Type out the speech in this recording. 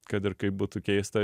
kad ir kaip būtų keista